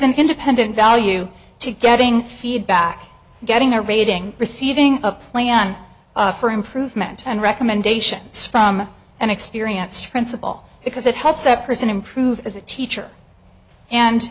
an independent value to getting feedback getting a rating receiving a plan for improvement and recommendations from an experienced principal because it helps that person improve as a teacher and